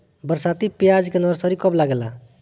बरसाती प्याज के नर्सरी कब लागेला?